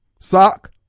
Sock